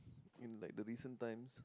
in like the recent times